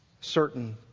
certain